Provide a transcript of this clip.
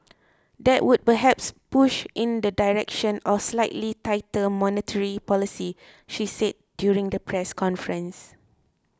that would perhaps push in the direction of slightly tighter monetary policy she said during the press conference